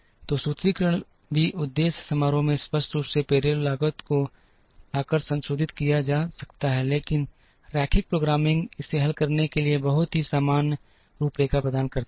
तो सूत्रीकरण भी उद्देश्य समारोह में स्पष्ट रूप से पेरोल लागत को लाकर संशोधित किया जा सकता है लेकिन रैखिक प्रोग्रामिंग इसे हल करने के लिए एक बहुत ही सामान्य रूपरेखा प्रदान करता है